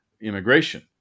Immigration